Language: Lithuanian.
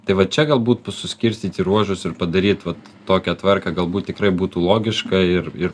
tai va čia galbūt bus suskirstyti ruožus ir padaryt vat tokią tvarką galbūt tikrai būtų logiška ir ir